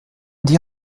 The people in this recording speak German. die